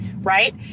right